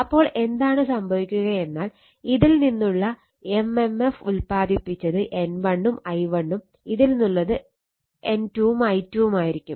അപ്പോൾ എന്താണ് സംഭവിക്കുകയെന്നാൽ ഇതിൽ നിന്നുള്ള എംഎംഎഫ് ഉൽപാതിപ്പിച്ചത് N1 I1 ഉം ഇതിൽ നിന്നുള്ളത് N2 I2 ഉം ആയിരിക്കും